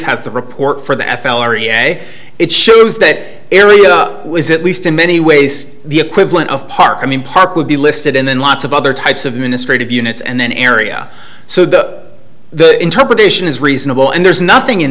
has the report for the f l area it shows that area is at least in many ways the equivalent of park i mean park would be listed in in lots of other types of ministry of units and then area so the the interpretation is reasonable and there's nothing in